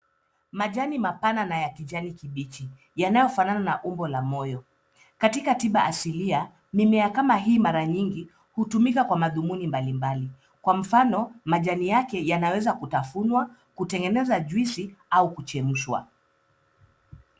Majani mapana na ya kijani kibichi yanayofanana na umbo wa moyo. Katika tiba asilia mimea kama hii mara nyingi hutumika kwa madhumuni mbalimbali. Kwa mfano majani yake yanaweza kutavunwa, kutegenzwa juisi au kuchemshwa.